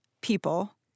people